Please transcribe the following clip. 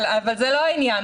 אבל זה לא העניין,